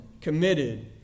committed